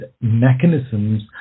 mechanisms